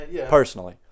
Personally